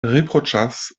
riproĉas